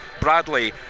Bradley